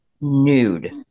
nude